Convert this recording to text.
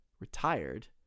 retired